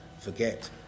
forget